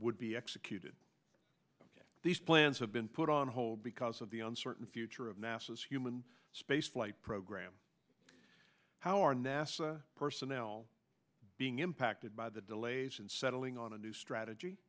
would be executed these plans have been put on hold because of the uncertain future of masses human space flight program how are nasa personnel being impacted by the delays in settling on a new strategy